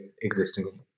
existing